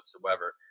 whatsoever